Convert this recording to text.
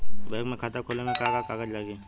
Bank में खाता खोले मे का का कागज लागी?